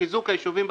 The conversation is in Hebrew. לחיזוק היישובים.